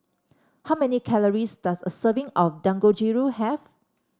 how many calories does a serving of Dangojiru have